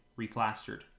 replastered